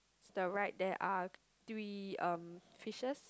the right there are three um fishes